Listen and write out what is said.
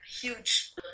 huge